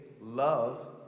love